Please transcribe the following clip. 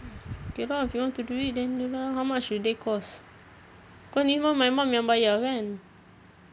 okay lah if you want to do it then okay lah how much will they cost cause this [one] my mum yang bayar kan